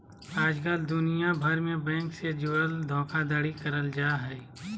आजकल दुनिया भर मे बैंक से जुड़ल धोखाधड़ी करल जा हय